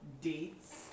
dates